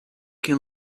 can